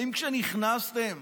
האם כשנכנסתם